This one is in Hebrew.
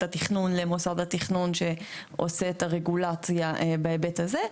התכנון למוסד התכנון שעושה את הרגולציה בהיבט הזה,